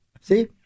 See